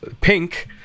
pink